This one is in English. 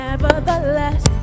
Nevertheless